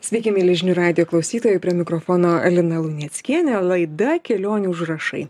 sveiki mieli žinių radijo klausytojai prie mikrofono lina luneckienė laida kelionių užrašai